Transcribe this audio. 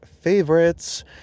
favorites